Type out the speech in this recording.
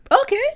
okay